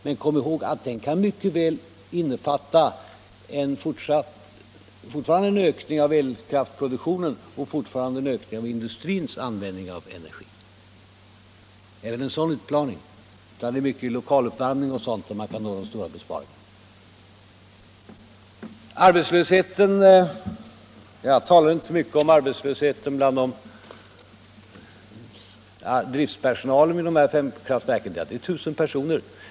Men kom ihåg att den mycket väl kan innefatta att elkraftsproduktionen fortsätter att öka och att industrins användning av energi fortsätter att öka — det är i stor utsträckning i fråga om lokaluppvärmning och sådant som man kan uppnå de stora besparingarna. Jag talade inte så mycket om arbetslösheten bland driftspersonalen vid dessa fem kraftverk — det rör sig i så fall om 1000 personer.